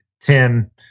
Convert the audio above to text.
Tim